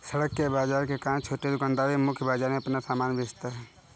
सड़क के बाजार के कारण छोटे दुकानदार भी मुख्य बाजार में अपना सामान बेचता है